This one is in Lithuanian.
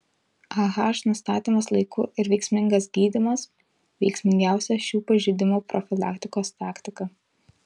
ah nustatymas laiku ir veiksmingas gydymas veiksmingiausia šių pažeidimų profilaktikos taktika